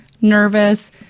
nervous